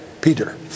Peter